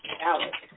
Alex